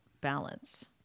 balance